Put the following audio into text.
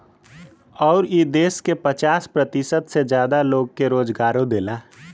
अउर ई देस के पचास प्रतिशत से जादा लोग के रोजगारो देला